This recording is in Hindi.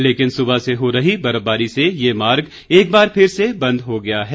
लेकिन सुबह से हो रही बर्फवारी से ये मार्ग एक बार फिर से बन्द हो गया है